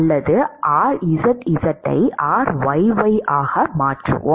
அல்லது rzzயை ryy ஆக மாற்றுவோம்